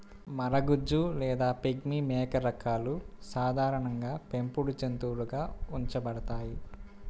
మరగుజ్జు లేదా పిగ్మీ మేక రకాలు సాధారణంగా పెంపుడు జంతువులుగా ఉంచబడతాయి